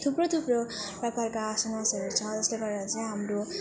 थुप्रो थुप्रो प्रकारका आसनहरू छ जसले गर्दा चाहिँ हाम्रो